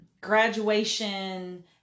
graduation